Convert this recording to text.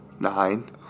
Nine